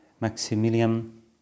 Maximilian